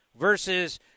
versus